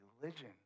religion